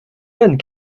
jeunes